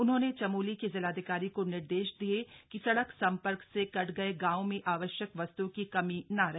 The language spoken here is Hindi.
उन्होंने चमोली की जिलाधिकारी को निर्देश दिये कि सड़क संपर्क से कट गये गांवों में आवश्यक वस्त्ओं की कमी न रहे